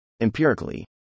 Empirically